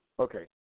Okay